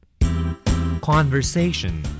Conversation